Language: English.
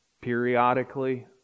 periodically